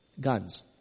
guns